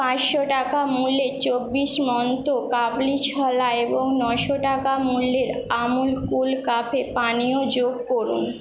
পাঁচশো টাকা মূল্যের চব্বিশ মন্ত কাবলি ছোলা এবং নশো টাকা মূল্যের আমুল কুল কাফে পানীয় যোগ করুন